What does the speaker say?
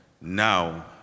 now